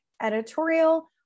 editorial